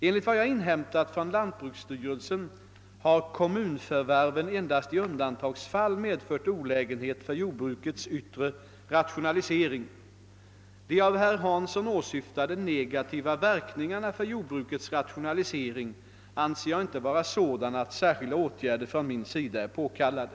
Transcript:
Enligt vad jag inhämtat från lantbruksstyrelsen har kommunförvärven endast i undantagsfall medfört olägenhet för jordbrukets yttre rationalisering. De av herr Hansson åsyftade negativa verkningarna för jordbrukets rationalisering anser jag inte vara sådana att särskilda åtgärder från min sida är påkallade.